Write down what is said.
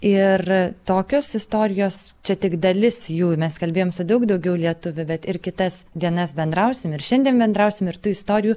ir tokios istorijos čia tik dalis jų mes kalbėjom su daug daugiau lietuvių bet ir kitas dienas bendrausim ir šiandien bendrausim ir tų istorijų